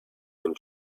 and